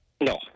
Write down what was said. No